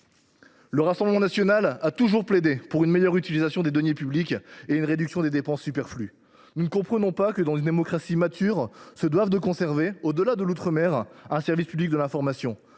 Le Rassemblement national a toujours plaidé pour une meilleure utilisation des deniers publics et une réduction des dépenses superflues. Nous ne comprenons pas qu’une démocratie mature doive conserver, au delà de l’outre mer, un service public de l’information,